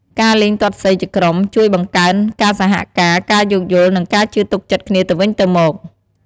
ការលេងទាត់សីជាក្រុម ជួយបង្កើន ការសហការ ការយោគយល់ និងការជឿទុកចិត្តគ្នាទៅវិញទៅមក។